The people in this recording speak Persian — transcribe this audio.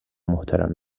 محترم